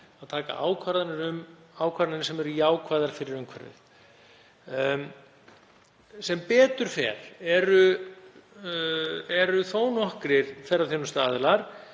að taka ákvarðanir sem eru jákvæðar fyrir umhverfið. Sem betur fer eru þó nokkrir ferðaþjónustuaðilar